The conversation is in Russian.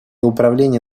управление